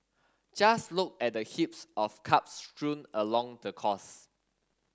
just look at the heaps of cups strewn along the course